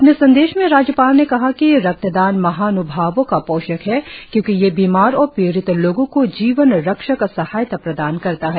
अपने संदेश में राज्यपाल ने कहा कि रक्तदान महान्भावों का पोषक है क्योंकि यह बीमार और पीड़ित लोगो को जीवन रक्षक सहायता प्रदान करता है